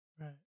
right